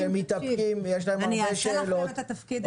עשיתי לך את העבודה.